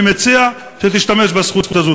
אני מציע שתשתמש בזכות הזאת.